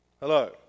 Hello